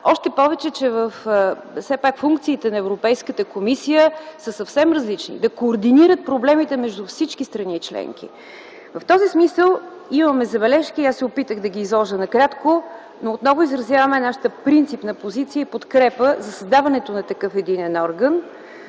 още повече, че все пак функциите на Европейската комисия са съвсем различни – да координира проблемите между всички страни членки. В този смисъл имаме забележки и аз се опитах да ги изложа накратко, но отново изразявам нашата принципна позиция и подкрепа за създаването на такъв единен орган.